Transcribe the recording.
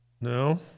No